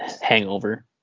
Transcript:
hangover